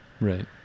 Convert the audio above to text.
Right